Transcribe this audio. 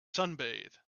sunbathe